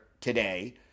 today